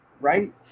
Right